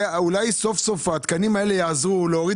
אולי סוף סוף התקנים האלה יעזרו להוריד